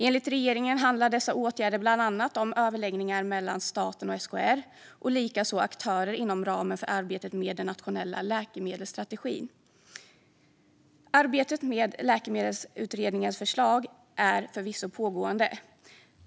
Enligt regeringen handlar dessa åtgärder bland annat om överläggningar mellan staten och SKR och likaså med aktörer inom ramen för arbetet med den nationella läkemedelsstrategin. Arbetet med Läkemedelsutredningens förslag är förvisso pågående.